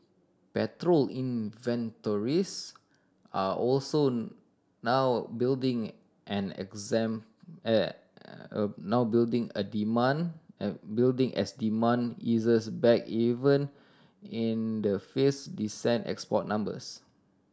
petrol inventories are also now building an exam now building a demand building as demand eases back even in the face decent export numbers